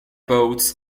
boats